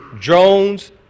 drones